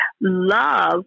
love